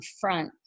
front